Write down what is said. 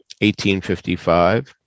1855